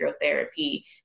therapy